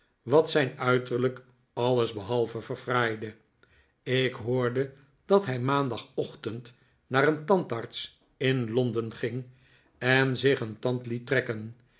wat zijn uiterlijk alles behalve verfraaide ik hoorde dat hij maandagochtend naar een tandarts in londen ging en zich een tand liet trekken